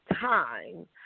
time